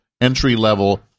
entry-level